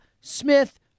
Smith